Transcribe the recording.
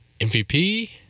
MVP